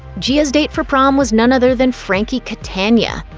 gia's date for prom was none other than frankie catania,